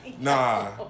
nah